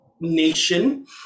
nation